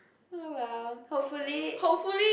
oh well hopefully